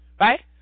right